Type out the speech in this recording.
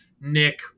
Nick